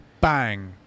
bang